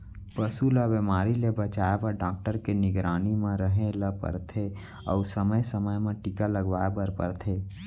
पसू ल बेमारी ले बचाए बर डॉक्टर के निगरानी म रहें ल परथे अउ समे समे म टीका लगवाए बर परथे